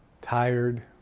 tired